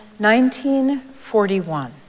1941